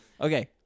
Okay